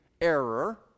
error